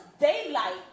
daylight